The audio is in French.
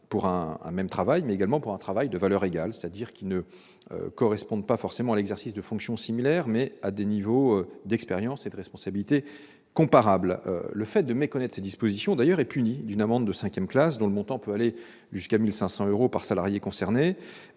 pour un même travail, mais également pour un travail de valeur égale, c'est-à-dire ne correspondant pas forcément à l'exercice de fonctions similaires, mais à des niveaux d'expérience et de responsabilités comparables. Le fait de méconnaître ces dispositions est d'ailleurs puni d'une amende de cinquième classe, dont le montant peut aller jusqu'à 1 500 euros par salariée concernée,